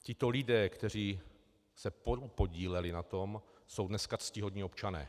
Tito lidé, kteří se podíleli na tom, jsou dneska ctihodní občané.